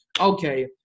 okay